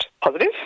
positive